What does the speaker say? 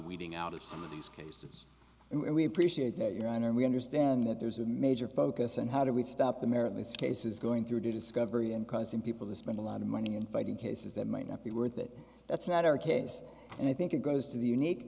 weeding out of these cases and we appreciate that your honor we understand that there's a major focus on how do we stop the meritless cases going through discovery and causing people to spend a lot of money in fighting cases that might not be worth it that's not our case and i think it goes to the unique